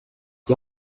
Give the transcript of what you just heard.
qui